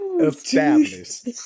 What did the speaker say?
established